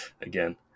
again